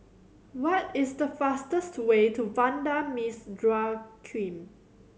what is the fastest way to Vanda Miss Joaquim